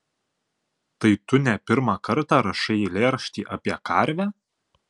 tai tu ne pirmą kartą rašai eilėraštį apie karvę